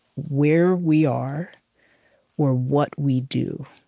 where we are or what we do.